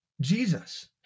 Jesus